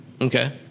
Okay